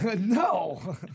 No